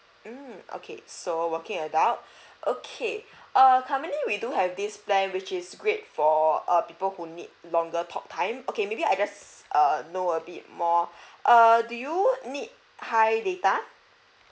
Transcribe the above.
mm okay so working adult okay err currently we do have this plan which is great for err people who need longer talk time okay maybe I just uh know a bit more err do you need high data